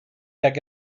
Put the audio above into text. tak